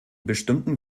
bestimmten